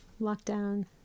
lockdown